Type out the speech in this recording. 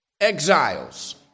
exiles